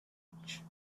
language